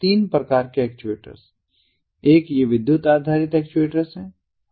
तीन प्रकार के एक्चुएटर्स एक ये विद्युत आधारित एक्चुएटर हैं